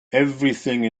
everything